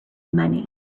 money